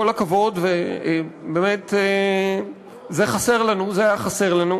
כל הכבוד, ובאמת זה היה חסר לנו.